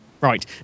Right